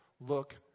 look